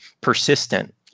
persistent